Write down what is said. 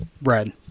Bread